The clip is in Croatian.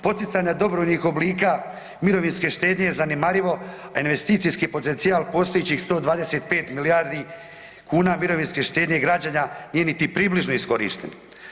Poticanja dobrovoljnih oblika mirovinske štednje je zanemarivo a investicijski potencijal postojećih 125 milijardi kuna mirovinske štednje građana nije niti približno iskorišten.